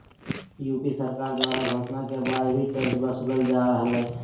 UP सरकार द्वारा घोषणा के बाद भी टैक्स वसूलल जा रहलय